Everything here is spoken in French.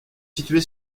située